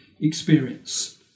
experience